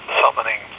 summoning